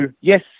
yes